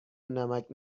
نمکـ